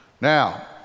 now